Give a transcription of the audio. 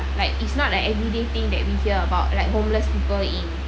like it's not an everyday thing that we hear about like homeless people in